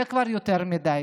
זה כבר יותר מדי.